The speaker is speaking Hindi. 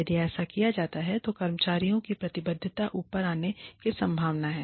यदि ऐसा किया जाता है तो कर्मचारियों की प्रतिबद्धता ऊपर जाने की संभावना है